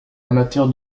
amateur